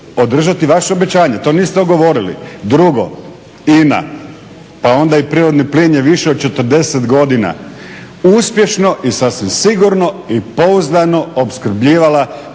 održati vaše obećanje, to niste odgovorili. Drugo, INA, pa onda i prirodni plin je više od 40 godina uspješno i sasvim sigurno i pouzdano opskrbljivala